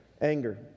Anger